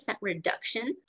reduction